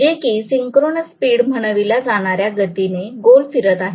जे की synchronous speed म्हणविल्या जाणाऱ्या गतीने गोल फिरत आहे